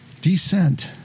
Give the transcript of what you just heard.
descent